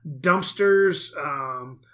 dumpsters